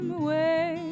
away